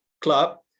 club